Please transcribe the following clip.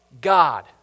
God